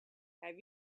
have